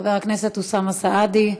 חבר הכנסת אוסאמה סעדי,